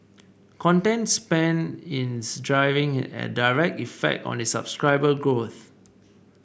content spend is having a direct effect on its subscriber growth